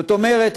זאת אומרת,